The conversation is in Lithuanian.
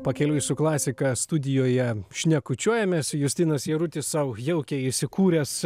pakeliui su klasika studijoje šnekučiuojamės justinas jarutis sau jaukiai įsikūręs